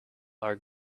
are